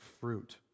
fruit